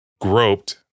groped